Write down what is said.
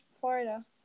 florida